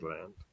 land